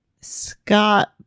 Scott